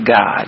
God